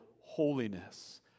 holiness